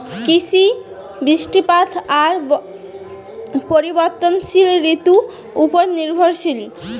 কৃষি, বৃষ্টিপাত আর পরিবর্তনশীল ঋতুর উপর নির্ভরশীল